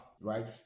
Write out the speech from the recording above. right